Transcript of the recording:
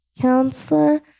Counselor